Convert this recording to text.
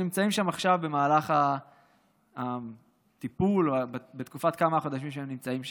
שנמצאים שם עכשיו במהלך הטיפול בתקופת כמה החודשים שהם נמצאים שם.